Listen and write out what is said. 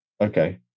Okay